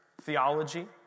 Theology